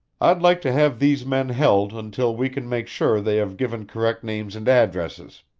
i'd like to have these men held until we can make sure they have given correct names and addresses.